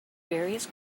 various